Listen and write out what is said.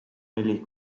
neli